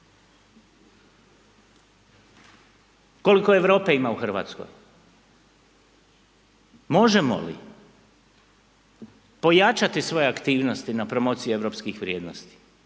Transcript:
Koliko Europe ima u Hrvatskoj, možemo li pojačati svoje aktivnosti na promociji europskih vrijednosti